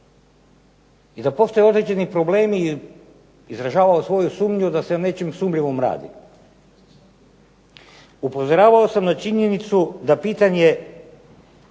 I da postoje određeni problemi, izražavao svoju sumnju da se o nečem sumnjivom radi. Upozoravao sam na činjenicu da pitanje